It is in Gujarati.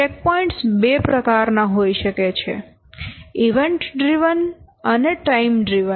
ચેકપોઇન્ટ્સ બે પ્રકારનાં હોઈ શકે છે ઇવેન્ટ ડ્રીવન અને ટાઈમ ડ્રીવન